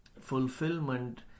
fulfillment